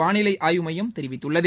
வானிலை ஆய்வு மையம் தெரிவித்துள்ளது